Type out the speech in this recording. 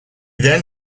then